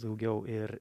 daugiau ir